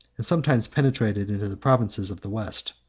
and sometimes penetrated into the provinces of the west.